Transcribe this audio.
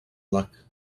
luck